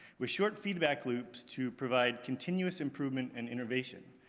with short feedback loops to provide continuous improvement and innovation.